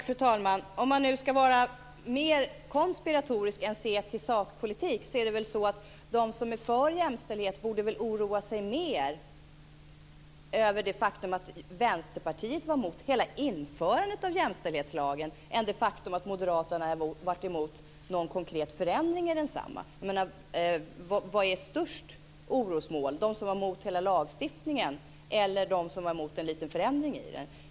Fru talman! Om man nu ska vara mer konspiratorisk än att se till sakpolitik borde väl de som är för jämställdhetspolitik oroa sig mer över det faktum att Vänsterpartiet var mot hela införandet av jämställdhetslagstiftningen än det faktum att Moderaterna var mot en förändring av den. Vad är det största orosmolnet? Är det de som var mot hela lagstiftningen eller de som var mot en liten förändring av den?